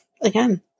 again